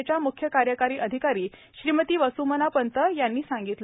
च्या मुख्य कार्यकारी अधिकारी श्रीमती वसुमना पंत यांनी सांगितले